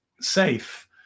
safe